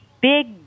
big